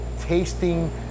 tasting